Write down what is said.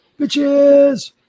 Bitches